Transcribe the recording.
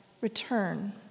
return